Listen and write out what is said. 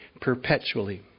perpetually